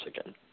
again